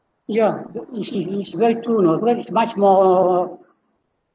ya E_C_E very true you know because it's much more